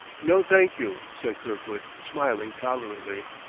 no, thank you, said kirkwood, smiling tolerantly.